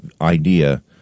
idea